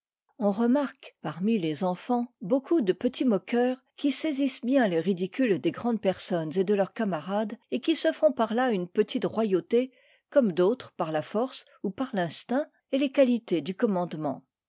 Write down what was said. on remarque parmi les enfants beaucoup de petits moqueurs qui saisissent bien les ridicules des grandes personnes et de leurs camarades et qui se font par là une petite royauté comme d'autres par la force ou par l'instinct et les qualités du commandement